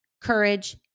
courage